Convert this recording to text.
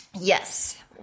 Yes